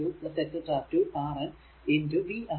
Rn v ആയിരിക്കും